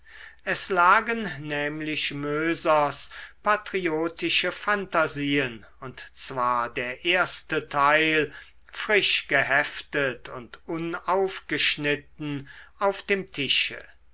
es lagen nämlich mösers patriotische phantasien und zwar der erste teil frisch geheftet und unaufgeschnitten auf dem tische